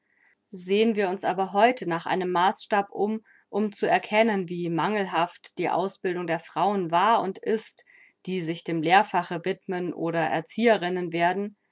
sehen wir uns aber heute nach einem maßstab um um zu erkennen wie mangelhaft die ausbildung der frauen war und ist die sich dem lehrfache widmen oder erzieherinnen werden